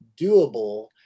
doable